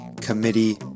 committee